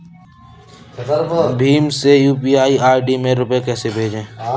भीम से यू.पी.आई में रूपए कैसे भेजें?